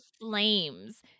flames